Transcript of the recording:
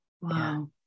Wow